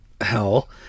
hell